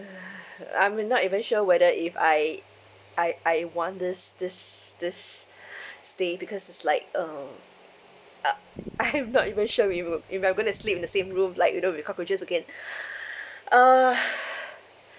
I am not even sure whether if I I I want this this this stay because it's like um uh I'm not even sure we would if I going to sleep in the same room like you know with cockroaches again uh